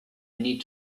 need